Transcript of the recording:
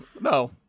No